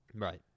Right